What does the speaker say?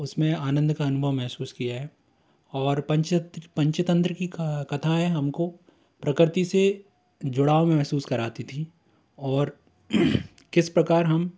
उस में आनंद का अनुभव महसूस किया है और पंचित्र पंचतंत्र की कथाएँ हम को प्रकृति से जुड़ाव महसूस कराती थी और किस प्रकार हम